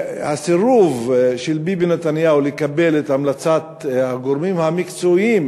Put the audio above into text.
הסירוב של ביבי נתניהו לקבל את המלצת הגורמים המקצועיים